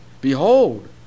behold